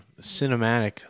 cinematic